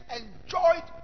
enjoyed